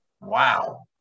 Wow